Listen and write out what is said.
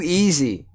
easy